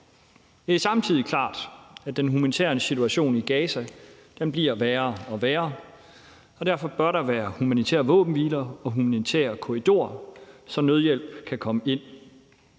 Det er samtidig klart, at den humanitære situation i Gaza bliver værre og værre, og derfor bør der være humanitære våbenhviler og humanitære korridorer, så nødhjælp kan komme ind.